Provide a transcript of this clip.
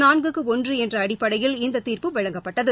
நான்குக்கு ஒன்று என்ற அடிப்படையில் இந்த தீர்ப்பு வழங்கப்பட்டது